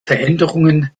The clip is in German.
veränderungen